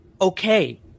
Okay